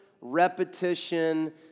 repetition